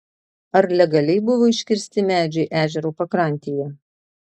ar legaliai buvo iškirsti medžiai ežero pakrantėje